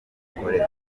mikorere